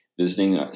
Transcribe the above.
visiting